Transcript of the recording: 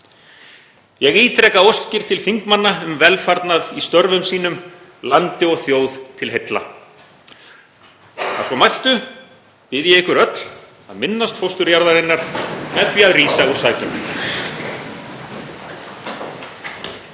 Ég ítreka óskir til þingmanna um velfarnað í störfum sínum, landi og þjóð til heilla. Að svo mæltu bið ég ykkur öll að minnast fósturjarðarinnar með því að rísa úr sætum.